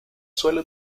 suele